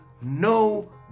no